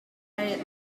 napoleon